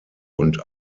und